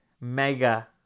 Mega